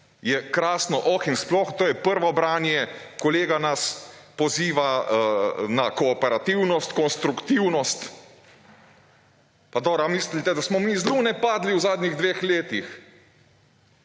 je krasno oh in sploh to je prvo branje. Kolega nas poziva na korporativnost, konstruktivnost pa dobro ali mislite, da smo mi z Lune padli v zadnjih dveh letih.